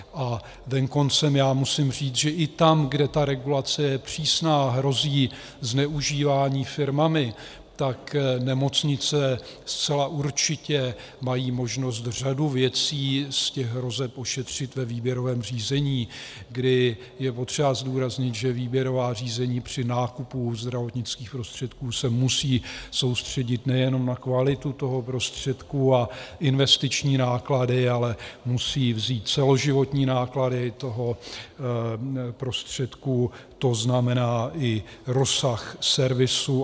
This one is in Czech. A venkoncem musím říct, že i tam, kde ta regulace je přísná a hrozí zneužívání firmami, tak nemocnice zcela určitě mají možnost řadu věcí z těch hrozeb ošetřit ve výběrovém řízení, kdy je potřeba zdůraznit, že výběrová řízení při nákupu zdravotnických prostředků se musí soustředit nejenom na kvalitu toho prostředku a investiční náklady, ale musí vzít celoživotní náklady toho prostředku, to znamená i rozsah servisu.